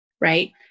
right